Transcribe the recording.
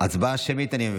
רק שמית.